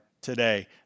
today